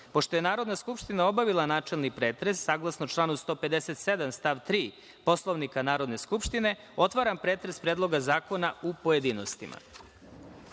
je Narodna skupština obavila načelni pretres, saglasno članu 157. stav 3. Poslovnika Narodne skupštine, otvaram pretres Predloga zakona u pojedinostima. Na